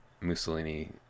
Mussolini